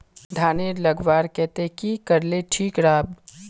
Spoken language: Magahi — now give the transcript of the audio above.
धानेर लगवार केते की करले ठीक राब?